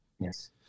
Yes